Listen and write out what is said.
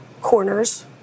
corners